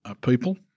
people